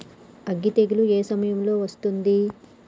అగ్గి తెగులు ఏ సమయం లో వస్తుంది?